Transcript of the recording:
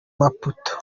maputo